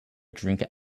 drink